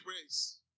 praise